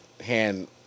hand